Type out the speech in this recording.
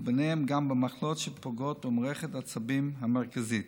ובהן גם במחלות שפוגעות במערכת העצבים המרכזית.